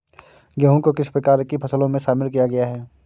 गेहूँ को किस प्रकार की फसलों में शामिल किया गया है?